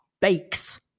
bakes